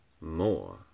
more